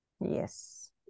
Yes